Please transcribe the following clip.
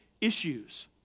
issues